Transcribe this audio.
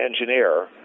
engineer